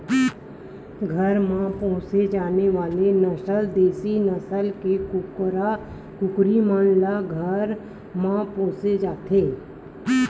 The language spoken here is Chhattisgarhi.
घर म पोसे जाने वाले नसल देसी नसल के कुकरा कुकरी मन ल घर म पोसे जाथे